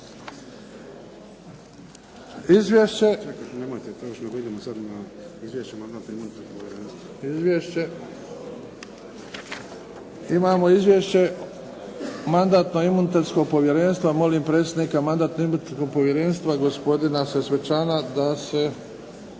(HDZ)** Imamo izvješće Mandatno-imunitetnog povjerenstva, molim predsjednika Mandatno-imunitetnog povjerenstva, gospodina Sesvečana da se.